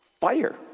fire